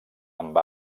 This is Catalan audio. amb